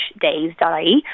days.ie